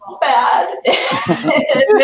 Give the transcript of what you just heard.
bad